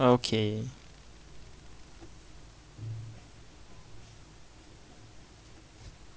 okay